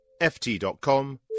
FT.com